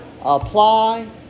apply